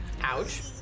Ouch